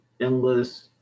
endless